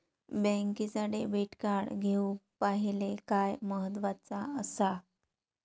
बँकेचा debit card घेउक पाहिले काय महत्वाचा असा?